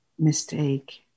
Mistake